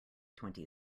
twenty